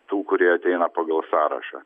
tų kurie ateina pagal sąrašą